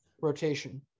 rotation